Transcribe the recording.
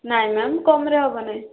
ନାଇଁ ମ୍ୟାମ କମ୍ରେ ହେବ ନାହିଁ